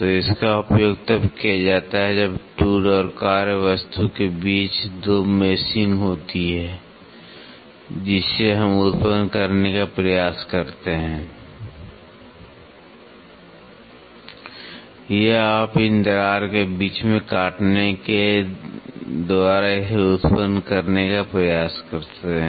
तो इसका उपयोग तब किया जाता है जब टूल और कार्यवस्तु के बीच 2 मेशिंग होती है जिसे हम उत्पन्न करने का प्रयास करते हैं या आप इन दरार को बीच में काटने के द्वारा इसे उत्पन्न करने का प्रयास कर सकते हैं